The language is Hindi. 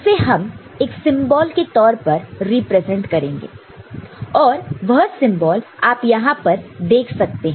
उसे हम एक सिंबल के तौर पर रिप्रेजेंट करते हैं और वह सिंबल आप यहां पर देख सकते हैं